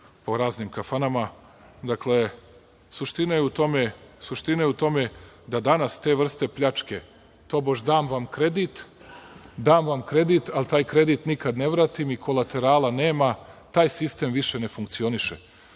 po raznim kafanama. Dakle, suština je u tome da danas te vrste pljačke, tobože dam vam kredit, ali taj kredit nikad ne vratim i kolaterala nema. Taj sistem više ne funkcioniše.